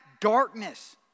darkness